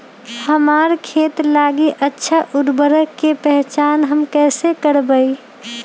हमार खेत लागी अच्छा उर्वरक के पहचान हम कैसे करवाई?